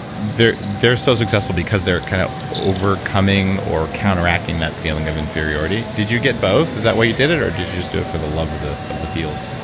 they're they're so successful because they're kind of overcoming or counteracting that feeling of inferiority. did you get both? is that why you did it, or did you just do it for the love of the of the field?